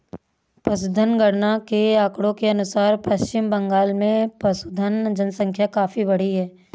पशुधन गणना के आंकड़ों के अनुसार पश्चिम बंगाल में पशुधन जनसंख्या काफी बढ़ी है